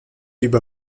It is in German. über